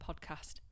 podcast